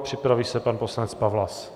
Připraví se pan poslanec Pawlas.